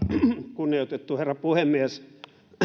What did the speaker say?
kunnioitettu herra puhemies